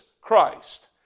Christ